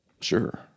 Sure